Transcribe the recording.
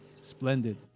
Splendid